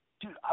dude